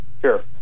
Sure